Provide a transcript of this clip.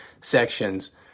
sections